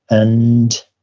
and